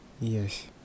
Yes